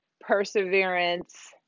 perseverance